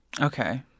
Okay